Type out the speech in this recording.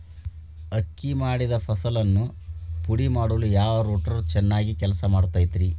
ಅಕ್ಕಿ ಮಾಡಿದ ಫಸಲನ್ನು ಪುಡಿಮಾಡಲು ಯಾವ ರೂಟರ್ ಚೆನ್ನಾಗಿ ಕೆಲಸ ಮಾಡತೈತ್ರಿ?